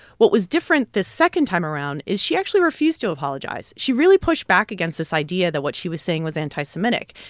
what was different this second time around is she actually refused to apologize. she really pushed back against this idea that what she was saying was anti-semitic.